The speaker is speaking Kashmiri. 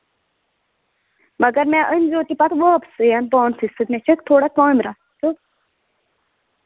مَگر مےٚ أنۍ زیٚو تہِ واپَس پانسٕے سۭتۍ مےٚ چھےٚ تھوڑا کامہِ رَژ تہٕ